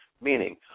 Meaning